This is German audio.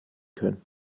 können